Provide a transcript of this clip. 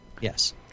Yes